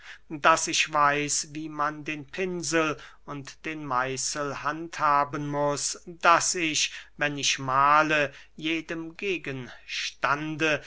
daß ich weiß wie man den pinsel und den meissel handhaben muß daß ich wenn ich mahle jedem gegenstande